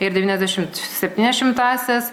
ir devyniasdešimt septynias šimtąsias